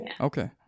Okay